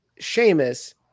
Seamus